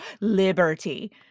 Liberty